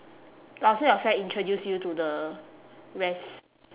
orh so your friend introduce you to the rest